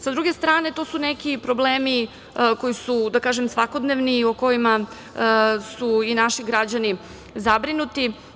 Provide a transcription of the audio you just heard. Sa druge strane, to su neki problemi koji su, da kažem, svakodnevni, o kojima su i naši građani zabrinuti.